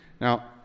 Now